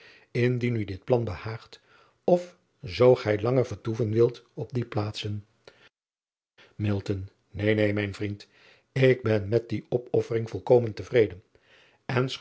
ndien u dit plan behaagt of zoo gij langer vertoeven wilt op die plaatsen driaan oosjes zn et leven van aurits ijnslager een neen mijn vriend k ben met die opoffering volkomen tevreden